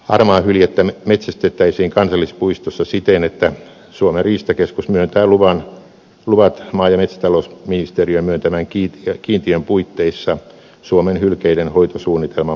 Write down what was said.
harmaahyljettä metsästettäisiin kansallispuistossa siten että suomen riistakeskus myöntää luvat maa ja metsätalousministeriön myöntämän kiintiön puitteissa suomen hylkeidenhoitosuunnitelman mukaisesti